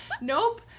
Nope